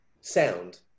sound